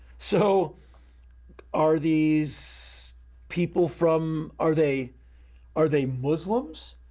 so are these people from. are they are they muslims?